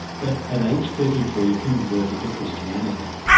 but at age thirty three converted to christianity.